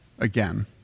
Again